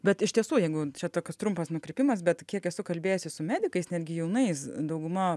bet iš tiesų jeigu čia tokios trumpas nukrypimas bet kiek esu kalbėjęsis su medikais netgi jaunais dauguma